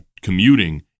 commuting